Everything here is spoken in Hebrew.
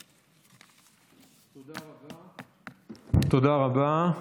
תודה רבה.